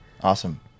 Awesome